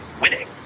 winning